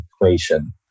equation